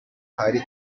hari